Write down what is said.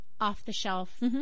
off-the-shelf